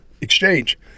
exchange